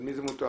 על מי זה מוטל,